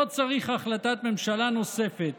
לא צריך החלטת ממשלה נוספת.